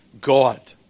God